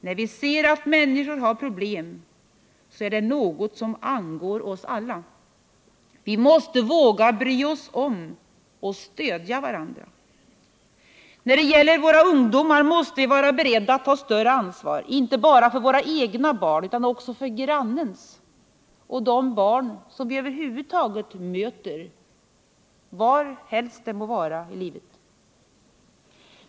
När vi ser att människor har problem, så är det något som angår oss alla. Vi måste våga bry oss om och stödja varandra. När det gäller våra ungdomar måste vi vara beredda att ta större ansvar — inte bara för våra egna barn utan också för grannens och för de barn som vi över huvud taget möter, var helst det må vara.